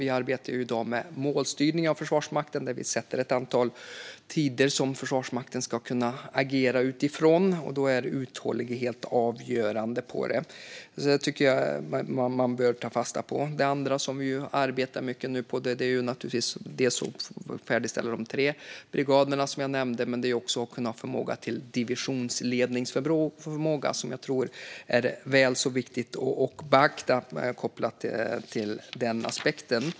Vi arbetar ju i dag med målstyrning av Försvarsmakten, där vi sätter ett antal tider som Försvarsmakten ska kunna agera utifrån. Då är uthållighet avgörande, och det tycker jag att man bör ta fasta på. Det andra som vi arbetar mycket med nu är naturligtvis att färdigställa de tre brigaderna, som jag nämnde, men det handlar också om divisionsledningsförmåga, något som jag tror är väl så viktigt att beakta kopplat till den aspekten.